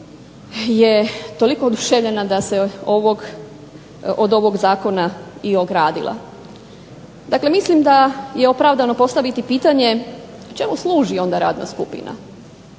je toliko oduševljena da se od ovog zakona i ogradila. Dakle mislim da je opravdano postaviti pitanje čemu služi onda radna skupina?